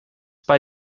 bei